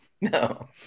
no